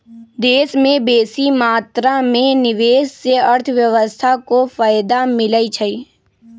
देश में बेशी मात्रा में निवेश से अर्थव्यवस्था को फयदा मिलइ छइ